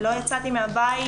לא יצאתי מהבית,